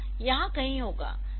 यह यहाँ कहीं होगा